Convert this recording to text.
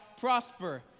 prosper